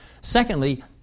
Secondly